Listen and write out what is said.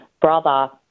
brother